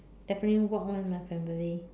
definitely walk [one] with my family